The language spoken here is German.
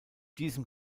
diesem